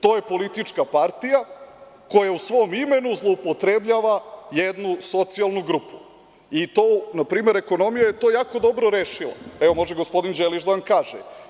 To je politička partija koja u svom imenu zloupotrebljava jednu socijalnu grupu i to je u ekonomiji jako dobro rešeno, može gospodin Đelić da vam kaže.